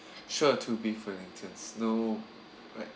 sure two beef no right